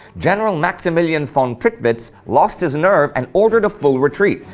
general maximilian von prittwitz lost his nerve and ordered a full retreat,